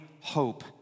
hope